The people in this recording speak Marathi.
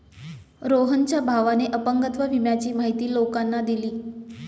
रोहनच्या भावाने अपंगत्व विम्याची माहिती लोकांना दिली